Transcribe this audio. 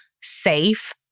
safe